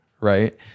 right